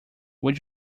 would